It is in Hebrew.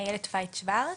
אני איילת פייט שוורץ,